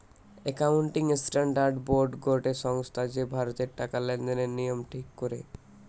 accounting standard board গটে সংস্থা যে ভারতের টাকা লেনদেনের নিয়ম ঠিক করে